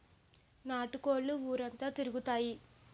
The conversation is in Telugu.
నాటు కోళ్లు ఊరంతా తిరుగుతాయి